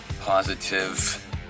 positive